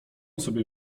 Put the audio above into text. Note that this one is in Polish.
sobie